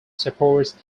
supports